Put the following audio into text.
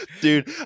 Dude